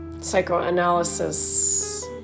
psychoanalysis